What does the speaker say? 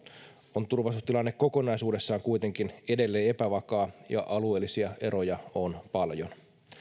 on turvallisuustilanne kokonaisuudessaan kuitenkin edelleen epävakaa ja alueellisia eroja on paljon